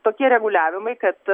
tokie reguliavimai kad